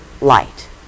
light